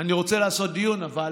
אני רוצה לעשות דיון, אבל